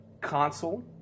console